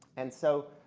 and so,